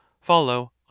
follow